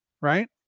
Right